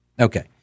Okay